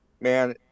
man